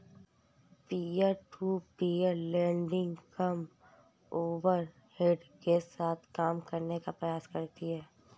peer to peer lending कम overhead के साथ काम करने का प्रयास करती हैं